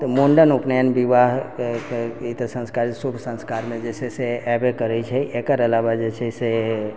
तऽ मुण्डन उपनयन बिवाहके ई तऽ संस्कार शुभ संस्कारमे जे छै से एबे करै छै एकर अलावा जे छै से